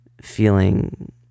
feeling